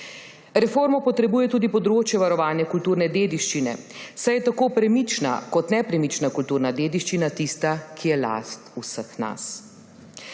Reformo potrebuje tudi področje varovanja kulturne dediščine, saj je tako premična kot nepremična kulturna dediščina tista, ki je last vseh nas.